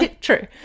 True